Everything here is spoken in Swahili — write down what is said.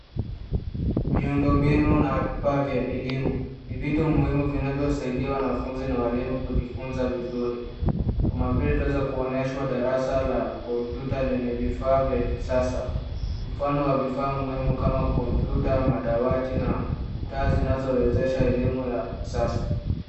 Miundo mbinu na vifaa vya elimu, ni vitu muhimu vinavyosaidia wanafunzi na walimu kujifunza vizuri kama vile twaweza kuonyeshwa darasa la kompyuta lenye vifaa vya kisasa. Mfano wa vifaa muhimu kama kompyuta, madawati na taa zinazowezesha elimu ya kisasa.